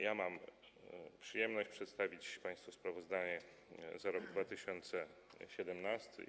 Ja mam przyjemność przedstawić państwu sprawozdanie za rok 2017.